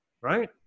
right